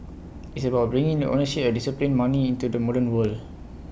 it's about bringing the ownership of disciplined money into the modern world